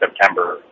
September